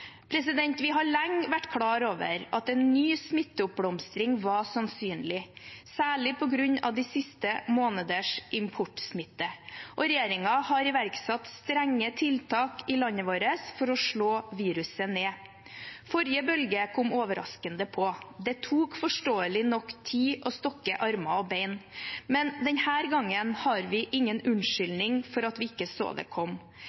Vi har lenge vært klar over at en ny smitteoppblomstring var sannsynlig, særlig på grunn av de siste måneders importsmitte. Regjeringen har iverksatt strenge tiltak i landet vårt for å slå viruset ned. Forrige bølge kom overraskende på. Det tok forståelig nok tid å stokke armer og bein, men denne gangen har vi ingen unnskyldning for at vi ikke så det